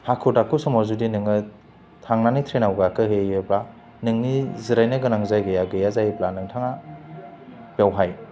हाखु दाखु समाव जुदि नोङो थांनानै ट्रेनाव गाखोहैयोबा नोंनि जिरायनो गोनां जायगाया गैया जायोब्ला नोंथाङा बेवहाय